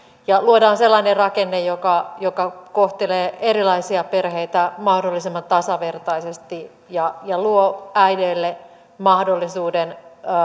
ja luodaan sellainen rakenne joka joka kohtelee erilaisia perheitä mahdollisimman tasavertaisesti ja ja luo äideille mahdollisuuden